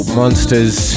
monsters